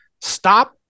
stop